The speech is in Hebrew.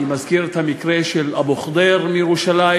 אני מזכיר את המקרה של אבו ח'דיר מירושלים